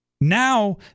Now